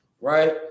right